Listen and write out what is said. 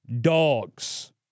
dogs